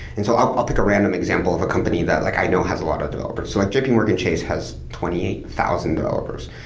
and so i'll pick a random example of a company that like i know has a lot of developers. so like jpmorgan chase has twenty eight thousand developers,